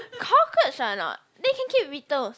cockroach are not they can keep whittle